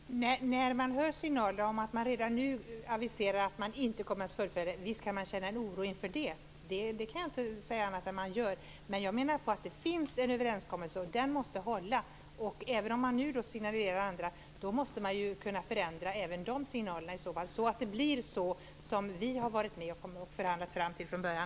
Herr talman! När man får signaler om att man redan nu aviserar att inte fullfölja detta kan man visst känna oro. Det kan jag inte säga annat. Men jag menar att det finns en överenskommelse. Den måste man hålla. Om man nu signalerar annat måste man kunna förändra de signalerna så att det blir så som vi har varit med och förhandlat fram från början.